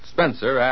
Spencer